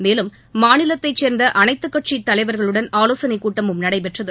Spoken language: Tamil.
மேலும் மாநிலத்தை சேர்ந்த அனைத்துக்கட்சித்தலைவர்களுடன் ஆலோசனைக்கூட்டமும் நடைபெற்றது